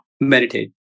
Meditate